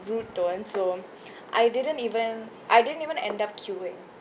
rude tone so I didn't even I didn't even end up queueing